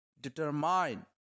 determine